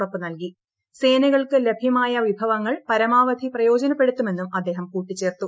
ഉറപ്പ് സേനകൾക്ക് വിഭവങ്ങൾ പരമാവധി പ്രയോജനപ്പെടുത്തുമെന്നും അദ്ദേഹം കൂട്ടിച്ചേർത്തു